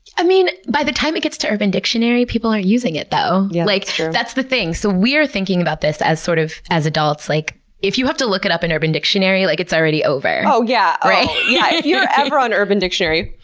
by the time it gets to urban dictionary, people aren't using it though. like that's the thing. so we're thinking about this as sort of as adults. like if you have to look it up on and urban dictionary, like it's already over oh yeah oh yeah! if you're ever on urban dictionary,